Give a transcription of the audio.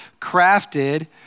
crafted